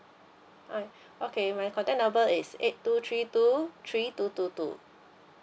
hi okay my contact number is eight two three two three two two two